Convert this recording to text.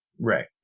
Right